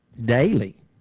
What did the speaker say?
daily